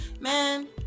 man